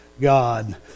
God